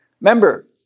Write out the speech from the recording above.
remember